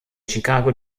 chicago